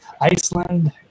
iceland